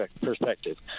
perspective